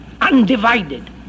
undivided